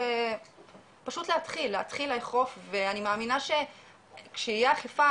פשוט להתחיל לאכוף ואני מאמינה כשתהיה אכיפה